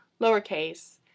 lowercase